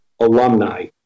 alumni